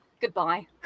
goodbye